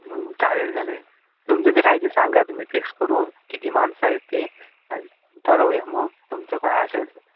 चालेल चालेल तुमचं जर काय ते सांगा तुम्ही फिक्स करून किती माणसं आहेत ते आणि ठरवूया मग तुमचं काय असेल तर